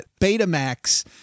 Betamax